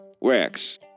Rex